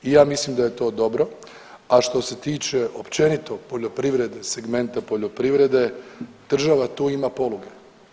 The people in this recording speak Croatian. I ja mislim da je to dobro, a što se tiče općenito poljoprivrede, segmenta poljoprivrede država tu ima poluge.